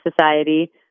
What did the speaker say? society